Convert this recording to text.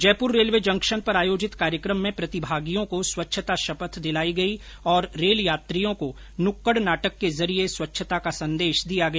Jaipur railway junction पर आयोजित कार्यक्रम में प्रतिभागियों को स्वच्छता शपथ दिलाई गई और रेल यात्रियों को नुक्कड नाटक के जरिये स्वच्छता का संदेश दिया गया